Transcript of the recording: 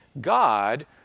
God